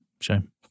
Shame